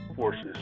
forces